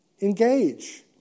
Engage